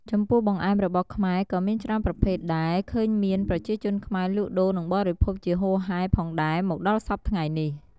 ចំពោះបង្អែមរបស់ខ្មែរក៏មានច្រើនប្រភេទដែលឃើញមានប្រជាជនខ្មែរលក់ដូរនិងបរិភោគជាហូរហែផងដែរមកដល់សព្វថ្ងៃនេះ។